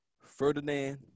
Ferdinand